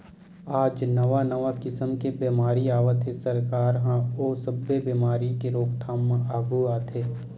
आज नवा नवा किसम के बेमारी आवत हे, सरकार ह ओ सब्बे बेमारी के रोकथाम म आघू आथे